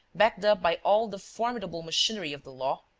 backed up by all the formidable machinery of the law,